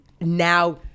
now